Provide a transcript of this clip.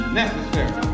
necessary